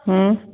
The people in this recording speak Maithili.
हम्म